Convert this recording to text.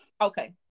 Okay